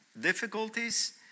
difficulties